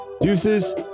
Deuces